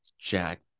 Jack